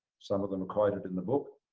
some of them were quoted in the book,